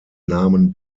namen